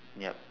yup